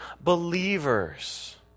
believers